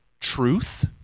truth